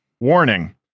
Warning